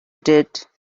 did